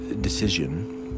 decision